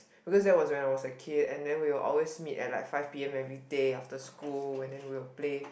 because that was when I was a kid and then we will always meet at like five P_M every day after school and then we will play